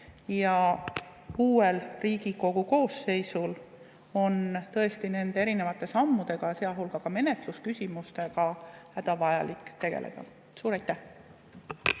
Ja uuel Riigikogu koosseisul on tõesti nende erinevate sammudega, sealhulgas menetlusküsimustega, hädavajalik tegeleda. Suur